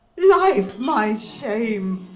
life my shame